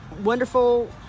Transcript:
wonderful